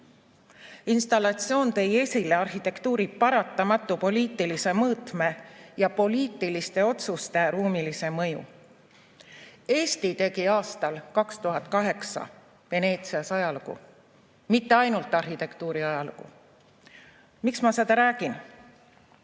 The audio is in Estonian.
Installatsioon tõi esile arhitektuuri paratamatu poliitilise mõõtme ja poliitiliste otsuste ruumilise mõju. Eesti tegi aastal 2008 Veneetsias ajalugu, mitte ainult arhitektuuriajalugu. Miks ma seda räägin?